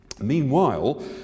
Meanwhile